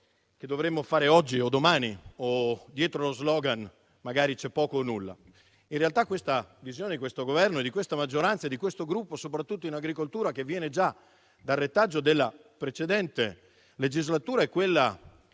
che dovremmo fare oggi o domani, e dietro lo slogan magari c'è poco o nulla. In realtà la visione di questo Governo, di questa maggioranza e di questo Gruppo, soprattutto in agricoltura, viene dal retaggio della precedente legislatura ed è quella